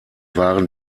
waren